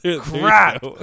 Crap